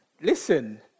listen